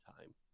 time